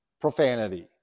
profanity